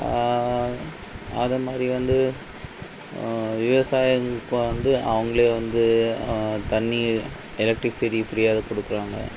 அது மாதிரி வந்து விவசாயமுக்கு வந்து அவங்களே வந்து தண்ணிர் எலெக்ட்ரிக்சிட்டி ஃபிரீயாகவே கொடுக்குறாங்க